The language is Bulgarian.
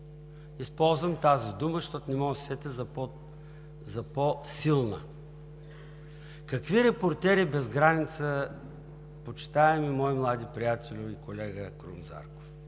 Използвам тази дума, защото не мога да се сетя за по силна. Какви „Репортери без граници“, почитаеми мой млади приятелю и колега Крум Зарков?!